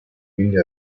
quindi